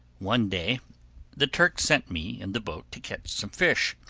one day the turk sent me in the boat to catch some fish,